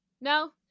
No